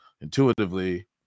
intuitively